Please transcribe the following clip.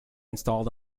installed